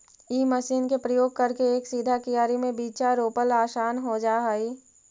इ मशीन के उपयोग करके एक सीधा कियारी में बीचा रोपला असान हो जा हई